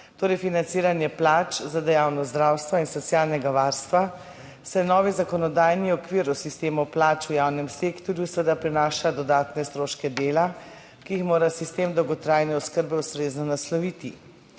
torej financiranje plač za dejavnost zdravstva in socialnega varstva, saj novi zakonodajni okvir o sistemu plač v javnem sektorju seveda prinaša dodatne stroške dela, ki jih mora sistem dolgotrajne oskrbe ustrezno nasloviti.